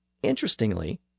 Interestingly